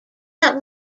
that